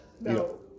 No